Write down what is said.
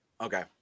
Okay